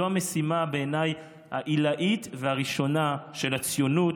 בעיניי זו המשימה העילאית והראשונה של הציונות